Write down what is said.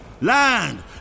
land